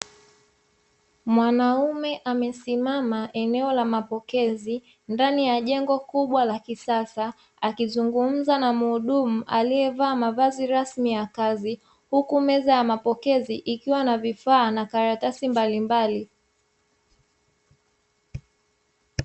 Mwanaume amesimama eneo la mapokezi, ndani ya jengo kubwa la kisasa, akizungumza na mhudumu aliyevaa mavazi rasmi ya kazi, huku meza ya mapokezi ikiwa na vifaa na karatasi mbalimbali.